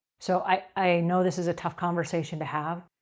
so, i know this is a tough conversation to have.